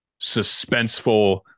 suspenseful